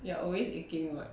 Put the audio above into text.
you are always aching [what]